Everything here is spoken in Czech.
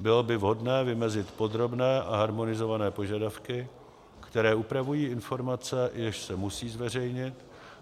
Bylo by vhodné vymezit podrobné a harmonizované požadavky, které upravují informace, jež se musí zveřejnit,